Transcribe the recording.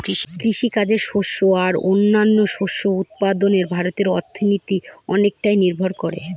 কৃষিকাজে শস্য আর ও অন্যান্য শস্য উৎপাদনে ভারতের অর্থনীতি অনেকটাই নির্ভর করে